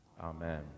Amen